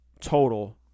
total